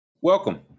Welcome